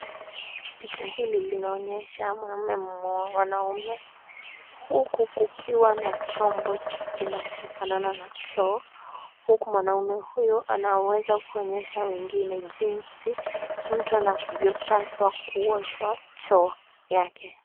Picha hili linaonyesha wanaume ,huku kukiwa na chombo kinachofanana na choo .Huku mwanaume huyo anaweza kuonyesha wengine jinsi mtu anavyopaswa kuosha choo yake.